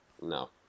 No